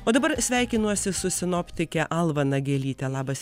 o dabar sveikinuosi su sinoptike alva nagelyte labas